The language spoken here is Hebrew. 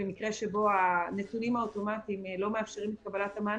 במקרה שבו הנתונים האוטומטיים לא מאפשרים את קבלת המענק.